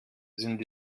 sind